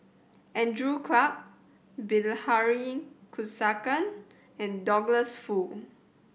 Andrew Clarke Bilahari Kausikan and Douglas Foo